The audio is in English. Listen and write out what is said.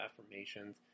affirmations